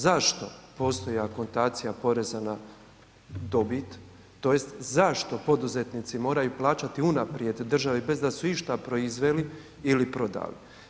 Zašto postoji akontacija poreza na dobit tj. zašto poduzetnici moraju plaćati unaprijed državi bez da su išta proizveli ili prodali?